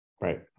Right